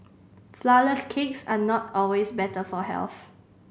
flourless cakes are not always better for health